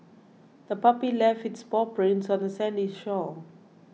the puppy left its paw prints on the sandy shore